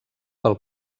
pel